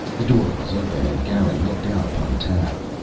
the door was open and garin looked out upon tav.